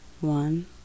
one